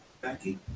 Becky